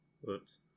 Whoops